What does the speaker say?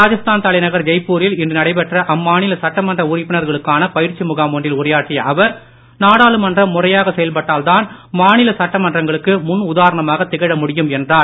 ராஜஸ்தான் தலைநகர் ஜெய்ப்பூரில் இன்று நடைபெற்ற அம்மாநில சட்டமன்ற உறுப்பினர்களுக்கான பயிற்சி முகாம் ஒன்றில் முறையாக செயல்பட்டால்தான் மாநில சட்டமன்றங்களுக்கு முன் உதாரணமாகத் திகழ ழுடியும் என்றார்